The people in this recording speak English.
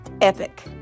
epic